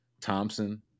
Thompson